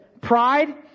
Pride